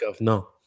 No